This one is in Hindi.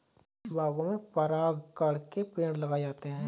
बागों में परागकण के पेड़ लगाए जाते हैं